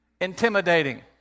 intimidating